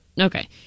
Okay